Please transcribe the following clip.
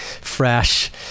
fresh